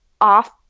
off